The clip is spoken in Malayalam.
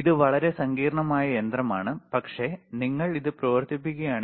ഇത് വളരെ സങ്കീർണ്ണമായ യന്ത്രമാണ് പക്ഷേ നിങ്ങൾ ഇത് പ്രവർത്തിപ്പിക്കുകയാണ്